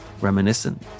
reminiscent